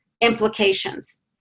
implications